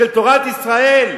של תורת ישראל.